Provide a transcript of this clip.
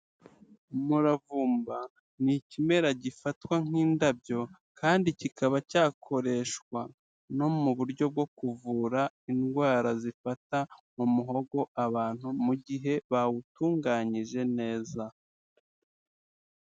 Umuravumba ni ikimera gifatwa nk'indabyo kandi kikaba cyakoreshwa no mu buryo bwo kuvura indwara zifata umuhogo abantu, mu gihe bawutunganyije neza.